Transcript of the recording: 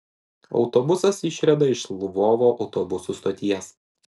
autobusas išrieda iš lvovo autobusų stoties